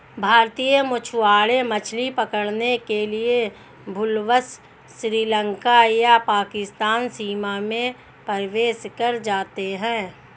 भारतीय मछुआरे मछली पकड़ने के लिए भूलवश श्रीलंका या पाकिस्तानी सीमा में प्रवेश कर जाते हैं